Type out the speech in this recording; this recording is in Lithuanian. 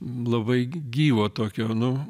labai gyvo tokio nu